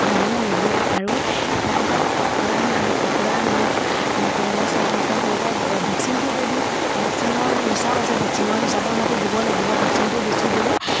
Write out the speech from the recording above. মূৰ নঘূৰাই আৰু প্ৰায়ভাগ কুকুৰা কুকুৰা মানে পেৰেলাইছত লিখা হৈ যায় ভেকচিনটো যদি ভেকচিনৰ হিচাপ আছে ভেকচিনৰ হিচাপৰ মতে দিব লাগিব ভেকচিনটো বেছি দিলে